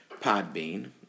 Podbean